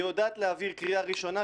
היא יודעת להעביר בקריאה ראשונה,